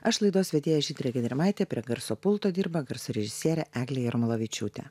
aš laidos vedėja žydrė gedrimaitė prie garso pulto dirba garso režisierė eglė jarmolavičiūtė